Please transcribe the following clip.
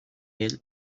hall